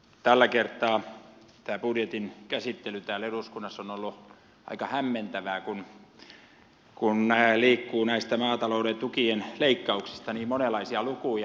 tällä kertaa tämä budjetin käsittely täällä eduskunnassa on ollut aika hämmentävää kun näistä maatalouden tukien leikkauksista liikkuu niin monenlaisia lukuja